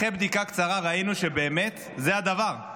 אחרי בדיקה קצרה ראינו שבאמת זה הדבר.